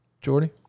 Jordy